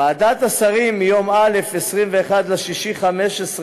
ועדת השרים החליטה ביום א', 21 ביוני 2015,